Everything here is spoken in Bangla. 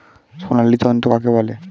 সোনালী তন্তু কাকে বলে?